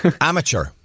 Amateur